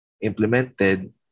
implemented